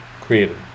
created